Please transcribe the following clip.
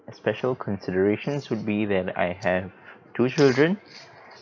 a special considerations would be that I have two children